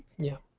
yeah.